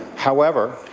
however,